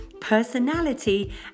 personality